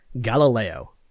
Galileo